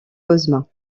cosma